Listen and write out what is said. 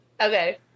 Okay